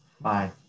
Bye